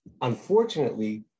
Unfortunately